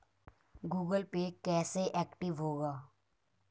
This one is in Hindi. गूगल पे कैसे एक्टिव होगा?